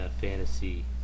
fantasy